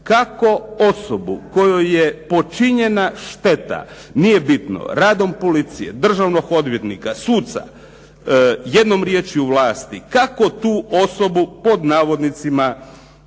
kako osobu kojoj je počinjena šteta nije bitno radom policije, državnog odvjetnika, suca jednom riječju, vlasti, kako tu osobu pod navodnicima